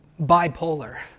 bipolar